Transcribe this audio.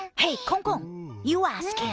hey kong kong, you ask him.